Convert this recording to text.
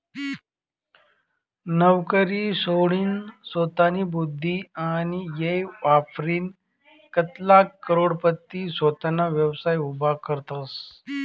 नवकरी सोडीनसोतानी बुध्दी आणि येय वापरीन कित्लाग करोडपती सोताना व्यवसाय उभा करतसं